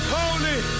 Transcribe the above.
holy